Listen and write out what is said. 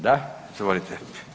Da, izvolite.